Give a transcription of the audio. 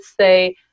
say